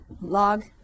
log